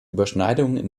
überschneidungen